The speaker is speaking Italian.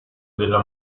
della